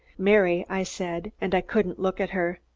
mary, i said, and i couldn't look at her,